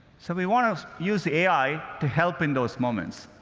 so, we want to use the ai to help in those moments.